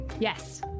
yes